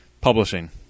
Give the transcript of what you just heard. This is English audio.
publishing